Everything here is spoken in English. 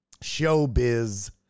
Showbiz